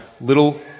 little